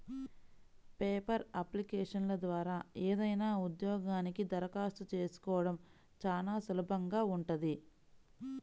paper అప్లికేషన్ల ద్వారా ఏదైనా ఉద్యోగానికి దరఖాస్తు చేసుకోడం చానా సులభంగా ఉంటది